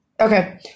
Okay